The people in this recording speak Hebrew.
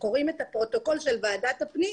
כשקוראים את הפרוטוקול של ועדת הפנים,